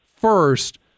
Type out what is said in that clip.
first